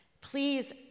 please